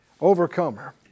Overcomer